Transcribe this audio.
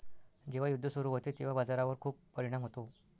जेव्हा युद्ध सुरू होते तेव्हा बाजारावर खूप परिणाम होतो